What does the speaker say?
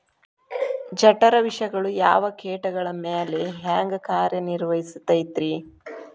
ಜಠರ ವಿಷಗಳು ಯಾವ ಕೇಟಗಳ ಮ್ಯಾಲೆ ಹ್ಯಾಂಗ ಕಾರ್ಯ ನಿರ್ವಹಿಸತೈತ್ರಿ?